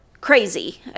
crazy